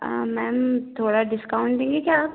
ma'am थोड़ा discount देंगे क्या आप